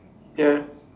yeah